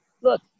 look